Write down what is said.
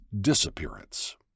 disappearance